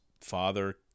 father